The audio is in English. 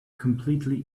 completely